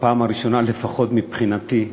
בפעם הראשונה לפחות מבחינתי,